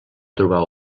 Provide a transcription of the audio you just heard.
trobar